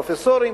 פרופסורים,